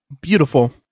Beautiful